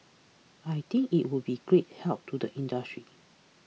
I think it will be a great help to the industry